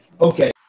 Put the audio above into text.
Okay